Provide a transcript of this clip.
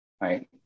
right